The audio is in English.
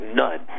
none